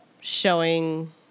showing